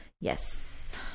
Yes